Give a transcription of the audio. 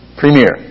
premier